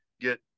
get